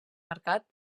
marcat